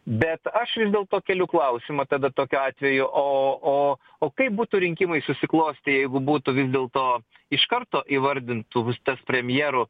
bet aš vis dėlto keliu klausimą tada tokiu atveju o o o kaip būtų rinkimai susiklostę jeigu būtų vis dėlto iš karto įvardintų kas bus tas premjeru